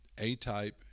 A-type